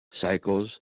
cycles